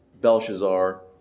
Belshazzar